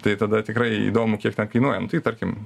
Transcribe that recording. tai tada tikrai įdomu kiek ten kainuoja nu tai tarkim